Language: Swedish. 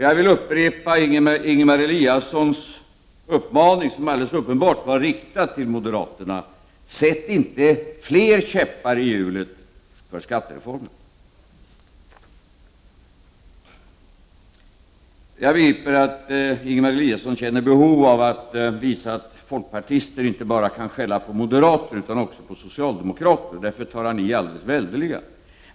Jag vill upprepa det Ingemar Eliasson sade i sin uppmaning, som alldeles uppenbart var riktad till moderaterna: Sätt inte fler käppar i hjulet för skattereformen! Jag begriper att Ingemar Eliasson känner ett behov av att visa att folkpartister inte bara kan skälla på moderater utan också på socialdemokrater och att det är därför som han tar i så väldigt.